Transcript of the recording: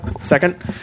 second